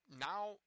now